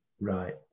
Right